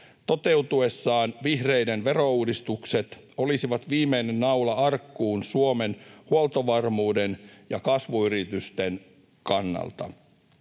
Toteutuessaan vihreiden verouudistukset olisivat viimeinen naula arkkuun Suomen huoltovarmuuden ja kasvuyritysten kannalta.